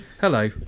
Hello